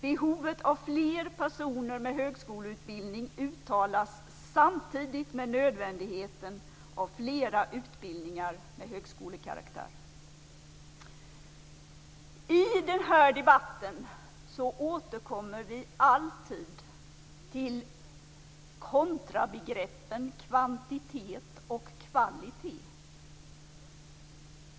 Behovet av fler personer med högskoleutbildning uttalas samtidigt med nödvändigheten av fler utbildningar med högskolekaraktär. I debatten återkommer vi alltid till kontrabegreppen kvantitet och kvalitet.